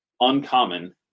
uncommon